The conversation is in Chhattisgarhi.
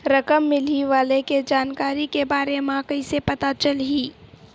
रकम मिलही वाले के जानकारी के बारे मा कइसे पता चलही?